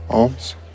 Alms